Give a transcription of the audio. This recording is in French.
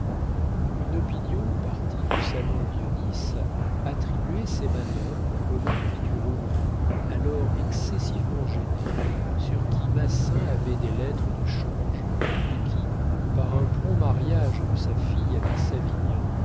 une opinion partie du salon dionis attribuait ces manœuvres au marquis du rouvre alors excessivement gêné sur qui massin avait des lettres de change et qui par un prompt mariage de sa fille avec savinien